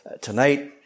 tonight